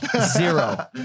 Zero